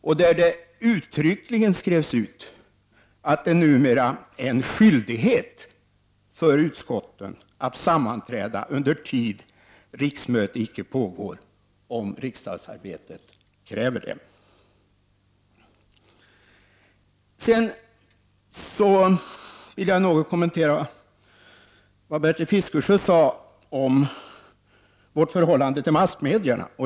Det skrevs uttryckligen att det numera är en skyldighet för utskotten att sammanträda under tid riksmöte icke pågår, om riksdagsarbetet kräver det. Sedan vill jag något kommentera vad Bertil Fiskesjö sade om vårt förhållande till massmedierna.